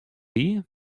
wie